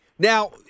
Now